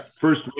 first